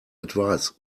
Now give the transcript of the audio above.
advise